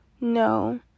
No